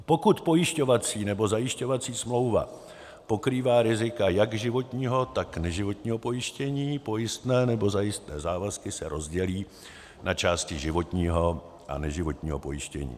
Pokud pojišťovací nebo zajišťovací smlouva pokrývá rizika jak životního, tak neživotního pojištění, pojistné nebo zajistné závazky se rozdělí na části životního a neživotního pojištění.